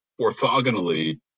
orthogonally